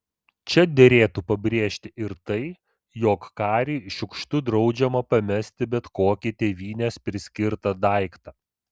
čia derėtų pabrėžti ir tai jog kariui šiukštu draudžiama pamesti bet kokį tėvynės priskirtą daiktą